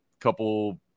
couple –